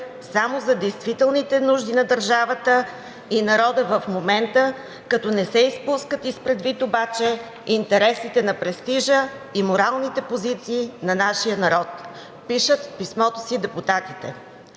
само за действителните нужди на държавата и народа в момента, като не се изпускат изпредвид обаче интересите на престижа и моралните позиции на нашия народ“ – пишат в писмото си депутатите.